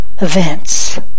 events